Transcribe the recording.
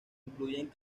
incluyen